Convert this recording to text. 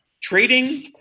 Trading